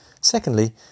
Secondly